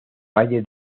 valle